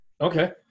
Okay